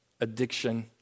addiction